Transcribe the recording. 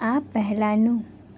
આ પહેલાંનું